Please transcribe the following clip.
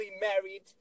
married